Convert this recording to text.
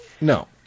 No